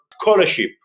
scholarship